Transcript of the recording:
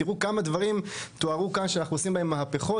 תראו כמה דברים אמרו כאן שאנחנו עושים בהם מהפכות.